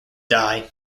die